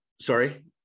Sorry